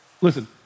Listen